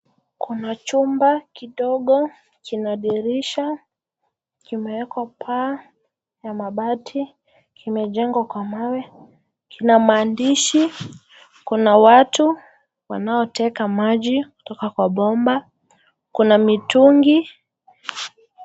Kuna chumba kidogo kina dirisha kimewekwa paa ya mabati, kimejengwa kwa mawe, kina maandishi, kuna watu wanaoteka maji kutoka kwa bomba kuna mitungi.